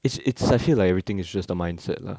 it's it's I feel like everything is just the mindset lah